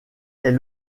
est